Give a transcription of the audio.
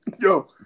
yo